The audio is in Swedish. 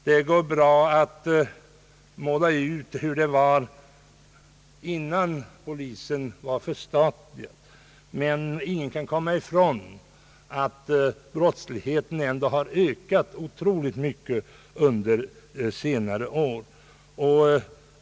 Det är lätt att måla ut hur det var innan polisväsendet var förstatligat, men ingen kan komma ifrån att brottsligheten ändå har ökat otroligt mycket under senare år.